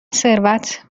ثروت